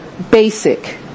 Basic